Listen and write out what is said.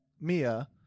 Mia